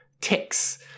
ticks